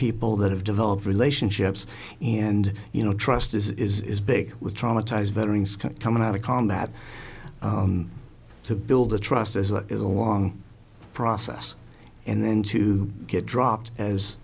people that have developed relationships and you know trust is big with traumatized veterans coming out of combat to build a trust as a as a long process and then to get dropped as